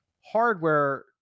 hardware